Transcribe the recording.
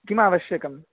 किमावश्यकम्